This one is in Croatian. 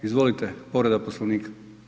Izvolite, povreda Poslovnika.